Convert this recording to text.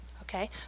okay